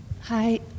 Hi